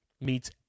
meets